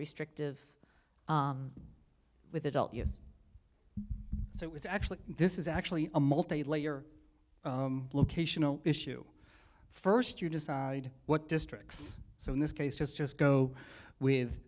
restrictive with adult use so it was actually this is actually a multilayer locational issue first you decide what districts so in this case just just go with